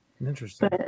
Interesting